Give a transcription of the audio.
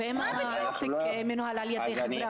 ואם העסק מנוהל על-ידי חברה,